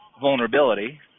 vulnerability